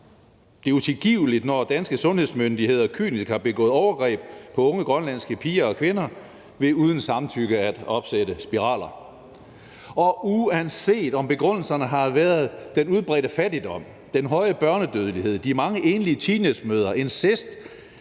det er utilgiveligt, når danske sundhedsmyndigheder kynisk har begået overgreb på unge grønlandske piger og kvinder ved uden samtykke at opsætte spiraler. Og uanset om begrundelserne har været den udbredte fattigdom, den høje børnedødelighed, de mange enlige teenagemødre, incest,